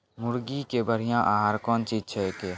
मुर्गी के बढ़िया आहार कौन चीज छै के?